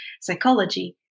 psychology